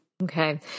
Okay